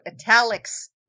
italics